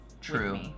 True